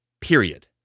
period